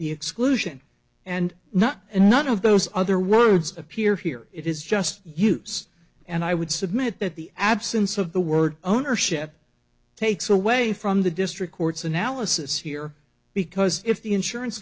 the exclusion and not and none of those other words appear here it is just use and i would submit that the absence of the word ownership takes away from the district court's analysis here because if the insurance